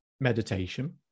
meditation